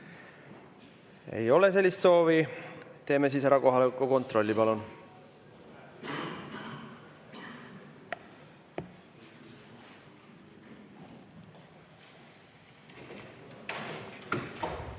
Ei ole sellist soovi. Teeme siis ära kohaloleku kontrolli, palun!